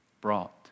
brought